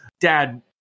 dad